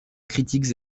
critiques